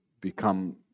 become